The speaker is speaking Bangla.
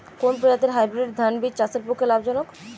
কোন প্রজাতীর হাইব্রিড ধান বীজ চাষের পক্ষে লাভজনক?